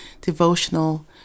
devotional